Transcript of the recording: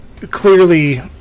clearly